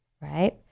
right